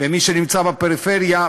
ומי שנמצא בפריפריה,